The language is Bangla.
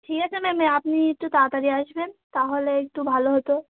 ঠিক আছে ম্যাম আপনি একটু তাড়াতড়ি আসবেন তাহলে একটু ভালো হতো